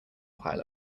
pile